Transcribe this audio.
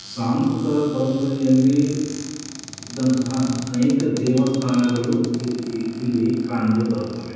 ಸಾಂಸ್ಕೃತ ಪರಂಪರೆಯಲ್ಲಿ ಇದ್ದಂತಹ ಅನೇಕ ದೇವಸ್ಥಾನಗಳು ಇಲ್ಲಿ ಕಂಡು ಬರುತ್ತವೆ